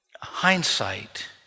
Hindsight